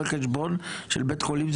רואה חשבון של בית החולים,